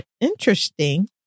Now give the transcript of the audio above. Interesting